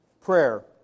Prayer